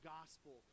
gospel